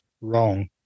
wrong